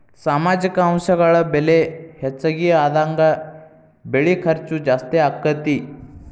ಸಾಮಾಜಿಕ ಅಂಶಗಳ ಬೆಲೆ ಹೆಚಗಿ ಆದಂಗ ಬೆಳಿ ಖರ್ಚು ಜಾಸ್ತಿ ಅಕ್ಕತಿ